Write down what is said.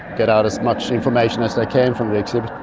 get out as much information as they can from the exhibit.